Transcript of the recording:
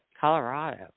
Colorado